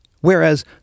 whereas